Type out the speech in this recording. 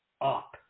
up